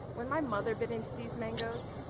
when my mother bit into these mangos,